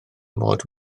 mod